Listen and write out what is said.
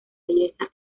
belleza